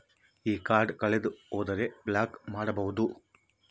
ಈ ಕಾರ್ಡ್ ಕಳೆದು ಹೋದರೆ ಬ್ಲಾಕ್ ಮಾಡಬಹುದು?